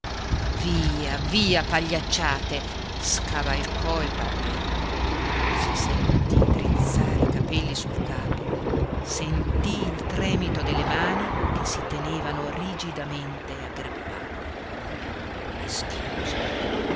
via via pagliacciate scavalcò il parapetto si sentì drizzare i capelli sul capo sentì il tremito delle mani che si tenevano rigidamente aggrappate le schiuse